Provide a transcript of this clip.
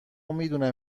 میدونم